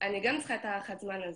אני גם צריכה את הארכת הזמן הזאת.